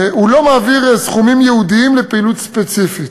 הוא לא מעביר סכומים ייעודיים לפעילות ספציפית.